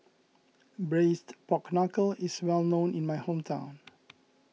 Braised Pork Knuckle is well known in my hometown